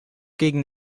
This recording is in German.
gegen